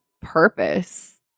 purpose